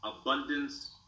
abundance